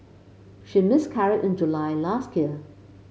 she miscarried in July last year